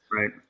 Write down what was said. Right